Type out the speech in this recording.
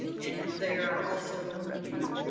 and they're also, you know,